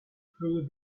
through